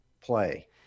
play